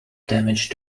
damage